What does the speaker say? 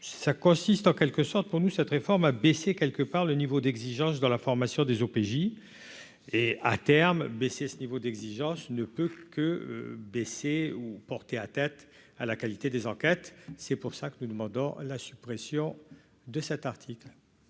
ça consiste en quelque sorte, pour nous, cette réforme a baissé quelque part le niveau d'exigence dans la formation des OPJ et à terme baisser ce niveau d'exigence ne peut que baisser ou porter atteinte à la qualité des enquêtes, c'est pour ça que nous demandons la suppression de cet article.